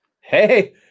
Hey